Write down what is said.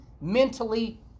mentally